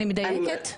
אני מדייקת?